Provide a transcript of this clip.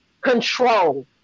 control